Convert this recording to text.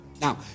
Now